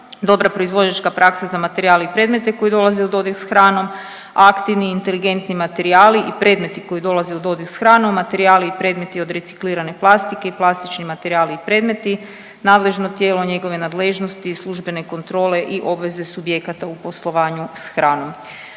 dobra proizvođačka praksa za materijale i predmete koji dolaze u dodir s hranom, aktivni inteligentni materijali i predmeti koji dolaze u dodir s hranom, materijali i predmeti od reciklirane plastike i plastični materijali i predmeti, nadležno tijelo njegove nadležnosti i službene kontrole i obveze subjekata u poslovanju s hranom.